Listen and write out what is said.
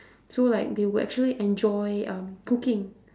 so like they would actually enjoy um cooking